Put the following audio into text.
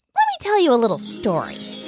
let me tell you a little story